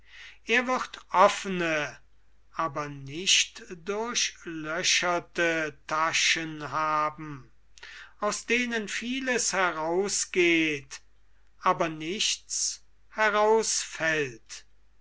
er wird offene aber nicht durchlöcherte taschen haben aus denen vieles herausgeht aber nichts herausfällt